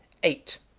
eight.